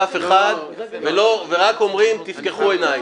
מטילים דופי באף אחד ורק אומרים תפקחו עיניים.